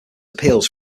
appeals